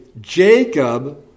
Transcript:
Jacob